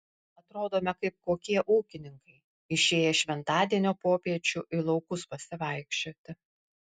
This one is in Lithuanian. atrodome kaip kokie ūkininkai išėję šventadienio popiečiu į laukus pasivaikščioti